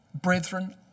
brethren